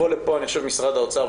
משרד האוצר,